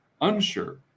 unsure